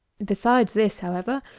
besides this, however,